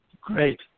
Great